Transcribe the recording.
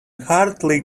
heartily